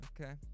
Okay